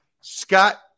Scott